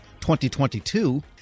2022